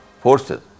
forces